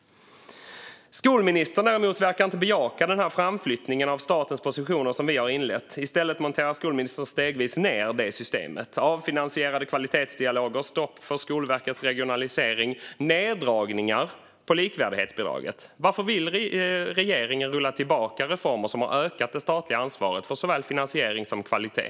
Skolministern verkar däremot inte bejaka den framflyttning av statens positioner som vi har inlett. I stället monterar skolministern stegvis ned det systemet. Det är avfinansierade kvalitetsdialoger, stopp för Skolverkets regionalisering och neddragningar på likvärdighetsbidraget. Varför vill regeringen rulla tillbaka reformer som har ökat det statliga ansvaret för såväl finansiering som kvalitet?